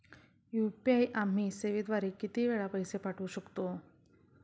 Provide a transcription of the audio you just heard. UPI आम्ही सेवेद्वारे किती वेळा पैसे पाठवू शकतो?